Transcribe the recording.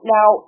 Now